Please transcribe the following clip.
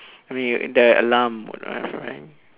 the alarm would have rang